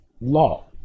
law